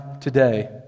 today